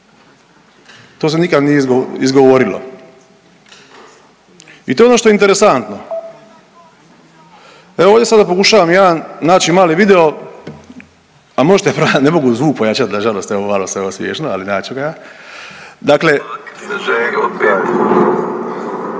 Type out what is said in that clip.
to se nikad nije izgovorilo i to je ono što je interesantno. Evo ovdje sada pokušavam jedan naći mali video, a možete …/Govornik se ne razumije/…, ne mogu zvuk pojačat nažalost, evo malo je sve ovo smješno, ali naći ću ga, dakle